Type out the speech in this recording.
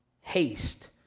Haste